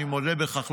אני מודה בכך,